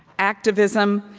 activism,